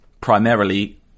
primarily